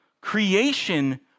Creation